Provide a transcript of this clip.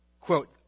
Quote